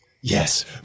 Yes